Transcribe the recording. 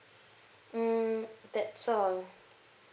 mm that's all